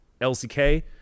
LCK